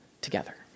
together